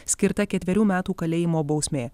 skirta ketverių metų kalėjimo bausmė